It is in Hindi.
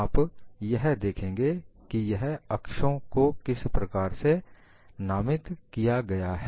आप यह देखेंगे कि यह अक्षों को किस प्रकार से नामित किया गया है